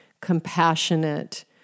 compassionate